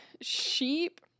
sheep